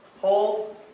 hold